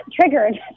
triggered